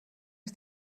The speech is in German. ist